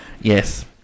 Yes